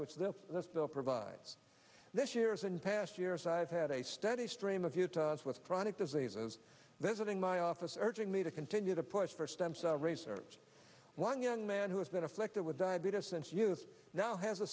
bill provides this year is in past years i have had a steady stream of youth with chronic diseases visiting my office urging me to continue to push for stem cell research one young man who has been afflicted with diabetes since youth now has a